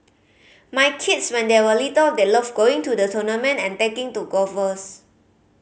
my kids when they were little they loved going to the tournament and taking to golfers